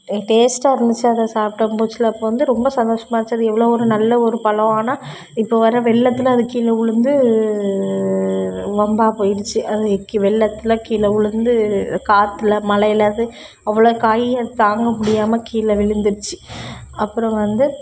டே டேஸ்ட்டாக இருந்துச்சி அதை சாப்பிடம் புதுசில் அப்போ வந்து ரொம்ப சந்தோஷமாக இருந்துச்சி அது எவ்வளவு ஒரு நல்ல ஒரு பழம் ஆனால் இப்போ வர்ற வெள்ளத்தில் அது கீழே விளுந்து வம்பா போயிடுச்சி அது வெள்ளத்துல கீல உளுந்து காற்றில் மலையில் அது அவ்வளோ காயையும் அது தாங்க முடியாமல் கீழே விழுந்துருச்சி அப்புறம் வந்து